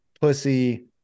pussy